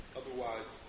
otherwise